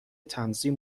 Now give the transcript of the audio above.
تنظیم